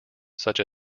such